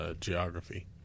Geography